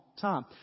time